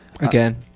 Again